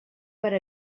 per